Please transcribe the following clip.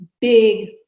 big